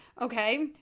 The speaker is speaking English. Okay